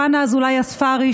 חנה אזולאי הספרי,